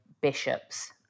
bishops